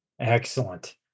Excellent